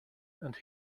and